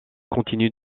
continue